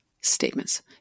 statements